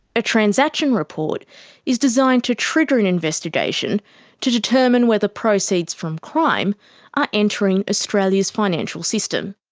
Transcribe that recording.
a transaction report is designed to trigger an investigation to determine whether proceeds from crime are entering australia's financial system.